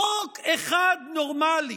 חוק אחד נורמלי